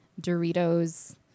Doritos